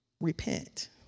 Repent